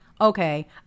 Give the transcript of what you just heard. okay